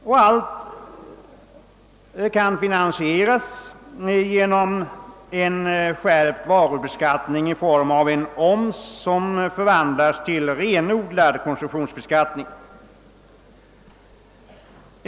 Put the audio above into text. Allt detta kan finansieras genom en skärpt varubeskattning i form av en oms, som förvandlats till renodlad konsumtionsbeskattning.